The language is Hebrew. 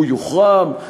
הוא יוחרם,